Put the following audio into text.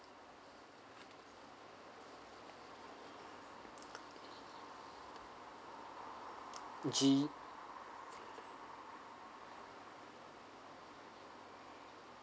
G